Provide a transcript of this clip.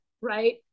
right